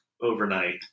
overnight